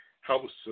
helps